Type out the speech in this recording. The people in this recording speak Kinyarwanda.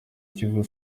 kiyovu